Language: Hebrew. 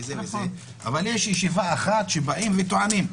אבל יש ישיבה אחת שבאים וטוענים.